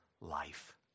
life